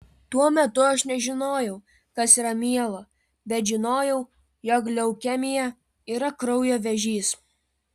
tuo metu aš nežinojau kas yra mielo bet žinojau jog leukemija yra kraujo vėžys